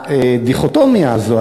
הדיכוטומיה הזאת,